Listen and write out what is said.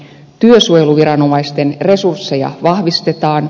työsuojeluviranomaisten resursseja vahvistetaan